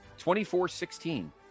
24-16